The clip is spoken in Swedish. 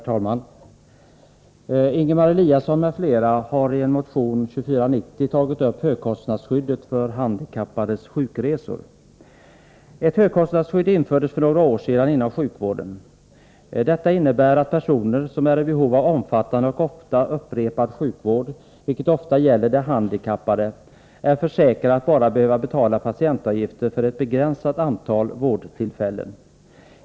Herr talman! Ingemar Eliasson m.fl. har i motion 2490 tagit upp högkostnadsskyddet för handikappades sjukresor. Ett högkostnadsskydd infördes för några år sedan inom sjukvården. Detta innebär att personer som är i behov av omfattande och ofta upprepad sjukvård, vilket ofta gäller de handikappade, är försäkrade att bara behöva betala patientavgifter för ett begränsat antal vårdtillfällen.